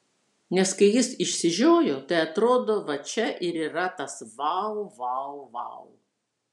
nes kai jis išsižiojo tai atrodo va čia ir yra tas vau vau vau